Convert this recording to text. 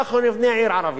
אנחנו נבנה עיר ערבית.